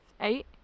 Eight